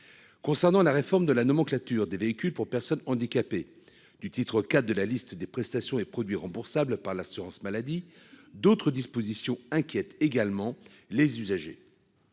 Concernant la réforme de la nomenclature des véhicules pour personnes handicapées du titre IV de la liste des prestations et produits remboursables par l'assurance maladie. D'autres dispositions inquiètent également les usagers.